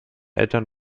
eltern